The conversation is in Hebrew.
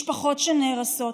משפחות שנהרסות,